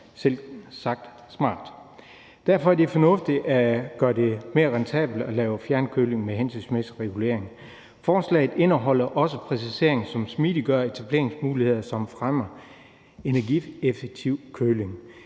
selvsagt smart. Derfor er det fornuftigt at gøre det mere rentabelt at lave fjernkøling med en hensigtsmæssig regulering. Lovforslaget indeholder også en præcisering, som smidiggør etableringsmuligheder, som fremmer energieffektiv køling.